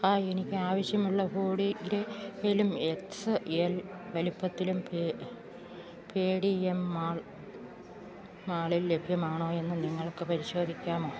hi എനിക്ക് അവശ്യമുള്ള hoodie ഗ്രേയിലും എക്സ്സ് എൽ വലിപ്പത്തിലും പേഡീഎം മാളിൽ ലഭ്യമാണോ എന്ന് നിങ്ങൾക്ക് പരിശോധിക്കാമോ